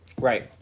Right